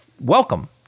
welcome